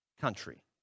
country